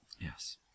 yes